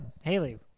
Haley